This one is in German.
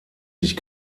sich